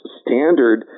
standard